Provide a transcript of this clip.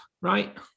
right